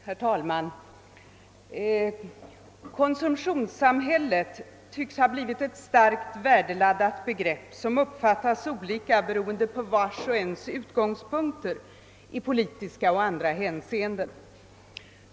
Herr talman! Konsumtionssamhället tycks ha blivit ett starkt värdeladdat begrepp, som uppfattas olika beroende på vars och ens synpunkter i politiska och andra hänseenden.